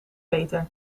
peter